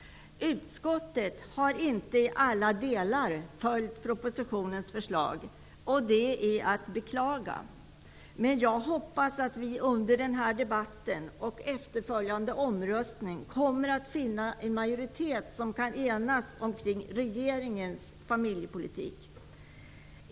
Utskottet har inte i alla delar följt propositionens förslag. Det är att beklaga. Men jag hoppas att vi under den här debatten och vid efterföljande omröstning kommer att finna en majoritet som kan enas omkring regeringens familjepolitik.